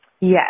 Yes